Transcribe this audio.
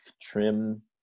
trim